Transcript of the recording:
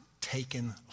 taken